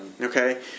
Okay